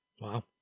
Wow